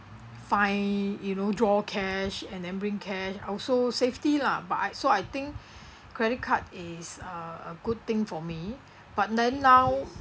find you know draw cash and then bring cash also safety lah but I so I think credit card is uh a good thing for me but then now